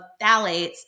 phthalates